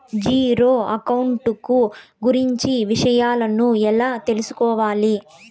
Zero account కు గురించి విషయాలను ఎలా తెలుసుకోవాలి?